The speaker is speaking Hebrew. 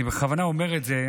אני בכוונה אומר את זה,